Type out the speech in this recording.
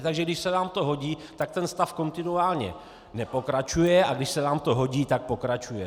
Takže když se vám to hodí, tak ten stav kontinuálně nepokračuje, a když se vám to hodí, tak pokračuje.